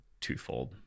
twofold